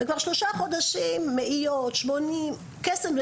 וכבר שלושה חודשים מאיות 80 קסם,